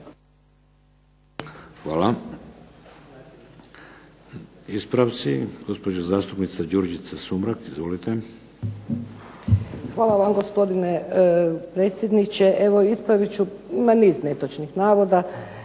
Hvala. Ispravci. Gospođa zastupnica Đurđica Sumrak. Izvolite. **Sumrak, Đurđica (HDZ)** Hvala vam gospodine potpredsjedniče. Evo ispravit ću ma niz netočnih navoda.